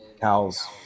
cows